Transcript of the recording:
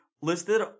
listed